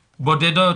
בודדות,